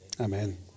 Amen